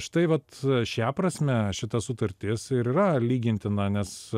štai vat šia prasme šita sutartis ir yra lygintina nes